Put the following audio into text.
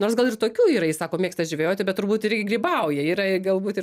nors gal ir tokių yra ir sako mėgsta žvejoti bet turbūt irgi grybauja yra ir galbūt ir